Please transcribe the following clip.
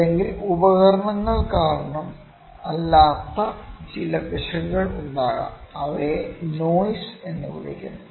അല്ലെങ്കിൽ ഉപകരണങ്ങൾ കാരണം അല്ലാത്ത ചില പിശകുകൾ ഉണ്ടാകാം അവയെ നോയ്സ് എന്ന് വിളിക്കുന്നു